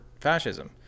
fascism